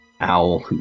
owl